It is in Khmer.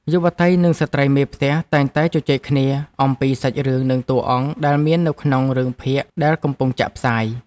យុវតីនិងស្ត្រីមេផ្ទះតែងតែជជែកគ្នាអំពីសាច់រឿងនិងតួអង្គដែលមាននៅក្នុងរឿងភាគដែលកំពុងចាក់ផ្សាយ។